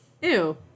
ew